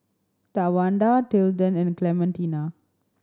Tawanda Tilden and Clementina